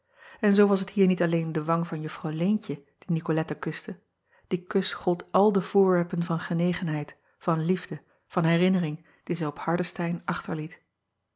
en zoo was het hier niet alleen de wang van uffw eentje die icolette kuste die kus gold al de voorwerpen van genegenheid van liefde van herinnering die zij op ardestein achterliet